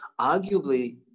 arguably